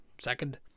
second